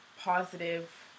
positive